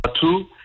two